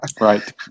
Right